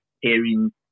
hearing